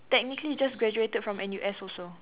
technically just graduated from N_U_S also